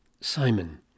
Simon